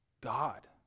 God